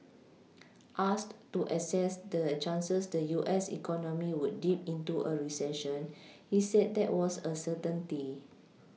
asked to assess the chances the U S economy would dip into a recession he said that was a certainty